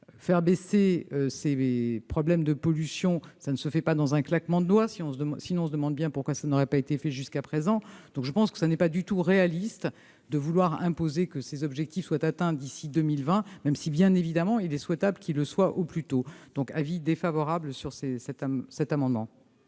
Diminuer les problèmes de pollution, cela ne se fait pas d'un claquement de doigts, sinon on se demande bien pourquoi cela n'a pas été fait jusqu'à présent. Je pense qu'il n'est pas du tout réaliste d'imposer que ces objectifs soient atteints d'ici à 2020, même si, bien évidemment, il est souhaitable qu'ils le soient au plus tôt. Je propose donc le retrait des